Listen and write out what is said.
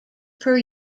per